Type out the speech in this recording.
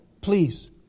please